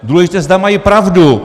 Důležité je, zda mají pravdu.